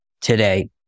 today